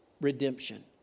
redemption